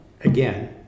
again